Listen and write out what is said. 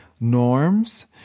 norms